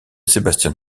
sébastien